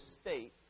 state